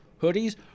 hoodies